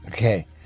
Okay